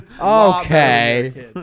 Okay